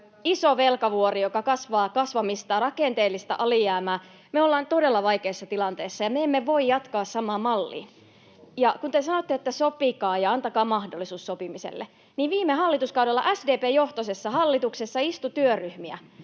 iso velkavuori, joka kasvaa kasvamistaan, rakenteellista alijäämää. Me ollaan todella vaikeassa tilanteessa, ja me emme voi jatkaa samaan malliin. Ja kun te sanotte, että sopikaa ja antakaa mahdollisuus sopimiselle, niin viime hallituskaudella SDP-johtoisessa hallituksessa istui monta työryhmää